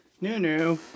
NuNu